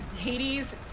Hades